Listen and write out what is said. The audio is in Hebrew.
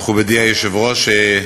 מכובדי היושב-ראש,